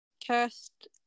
cast